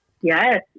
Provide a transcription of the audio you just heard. Yes